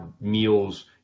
meals